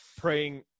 praying